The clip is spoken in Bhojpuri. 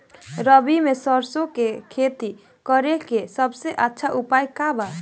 रबी में सरसो के खेती करे के सबसे अच्छा उपाय का बा?